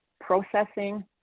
processing